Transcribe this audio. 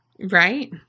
Right